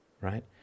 Right